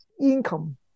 income